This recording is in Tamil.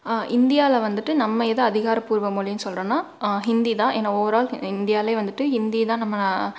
இந்தியாவில வந்துவிட்டு நம்ம எதை அதிகாரபூர்வ மொழின்னு சொல்கிறோன்னா ஹிந்தி தான் ஏன்னா ஓவர் ஆல் இந்தியாவிலே வந்துவிட்டு ஹிந்தி தான் நம்ம